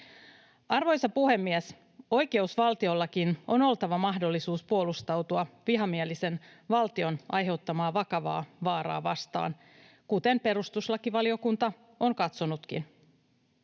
Arvoisa puhemies! Oikeusvaltiollakin on oltava mahdollisuus puolustautua vihamielisen valtion aiheuttamaa vakavaa vaaraa vastaan, kuten perustuslakivaliokunta on katsonutkin.